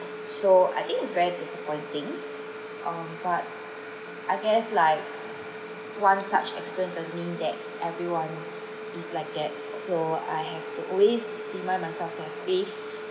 so I think it's very disappointing um but I guess like one such experience doesn't mean that everyone is like that so I have to always remind myself to have faith